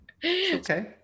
okay